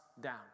down